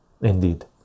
indeed